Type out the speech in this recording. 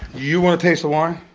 you want to taste the wine?